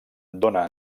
dóna